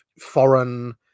foreign